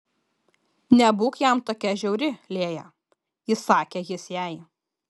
nebūk jam tokia žiauri lėja įsakė jis jai